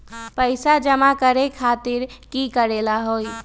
पैसा जमा करे खातीर की करेला होई?